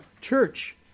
church